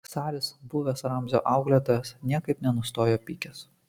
saris buvęs ramzio auklėtojas niekaip nenustojo pykęs